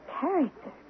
character